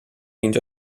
اینجا